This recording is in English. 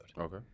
Okay